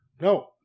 No